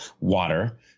water